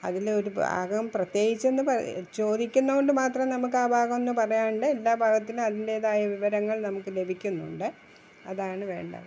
അതില് ഒരു ഭാഗം പ്രത്യേകിച്ച് എന്ന്പറ ചോദിക്കുന്നത് കൊണ്ട് മാത്രം നമുക്ക് ആ ഭാഗമെന്ന് പറയാണ്ട് എല്ലാ ഭാഗത്തിലും അതിൻ്റേതായ വിവരങ്ങൾ നമുക്ക് ലഭിക്കുന്നുണ്ട് അതാണ് വേണ്ടത്